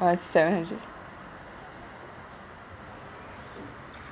!wow! it's seven hundred